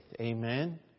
Amen